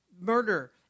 murder